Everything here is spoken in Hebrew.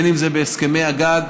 אם זה בהסכמי הגג,